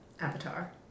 Avatar